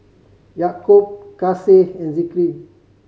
Yaakob Kasih and Zikri